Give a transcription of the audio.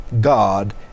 God